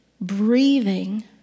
breathing